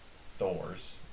Thor's